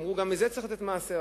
ואמרו: גם מזה צריך מעשר,